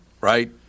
right